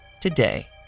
Today